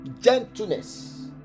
gentleness